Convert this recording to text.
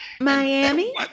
Miami